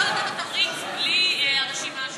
אפשר לתת לו תמריץ בלי הרשימה השחורה.